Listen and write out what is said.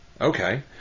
okay